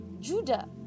Judah